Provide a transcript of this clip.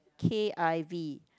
K I V